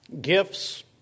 Gifts